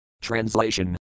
Translation